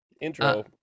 intro